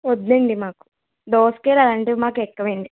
వద్దండి మాకు దోసకాయలు అలాంటివి మాకు ఎక్కవండి